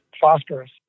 phosphorus